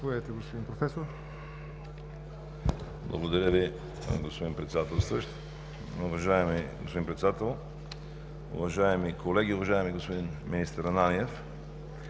Благодаря Ви, господин Председател. Уважаеми господин Председател, уважаеми колеги, уважаеми господин министър Ананиев!